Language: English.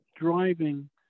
driving